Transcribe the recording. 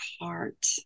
heart